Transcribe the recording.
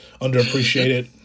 underappreciated